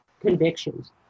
convictions